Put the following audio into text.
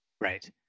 right